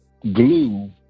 glue